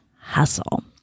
hustle